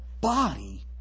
body